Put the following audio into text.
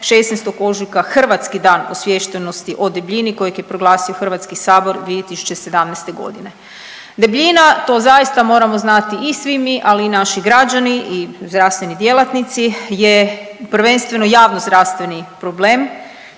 16. ožujka Hrvatski dan osviještenosti o debljini kojeg je proglasio HS 2017.g.. Debljina, to zaista moramo znati i svi mi, ali i naši građani i zdravstveni djelatnici je prvenstveno javnozdravstveni problem,